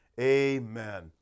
Amen